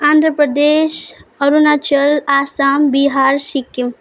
Andhra Pradesh Arunachal Assam Bihar Sikkim